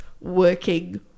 working